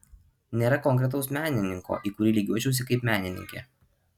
nėra konkretaus menininko į kurį lygiuočiausi kaip menininkė